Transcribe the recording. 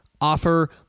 Offer